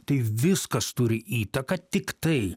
tai viskas turi įtaką tiktai